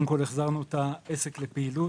החזרנו את העסק לפעילות,